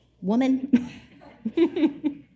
woman